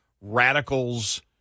radicals